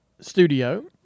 studio